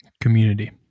Community